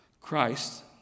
Christ